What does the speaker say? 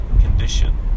condition